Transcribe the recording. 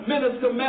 Minister